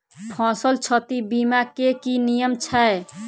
फसल क्षति बीमा केँ की नियम छै?